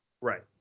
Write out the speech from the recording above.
Right